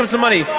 the money